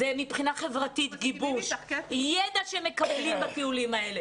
זה גיבוש מבחינה חברתית, ידע שהם מקבלים בהם,